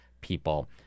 people